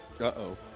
uh-oh